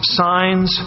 signs